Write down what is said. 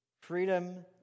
Freedom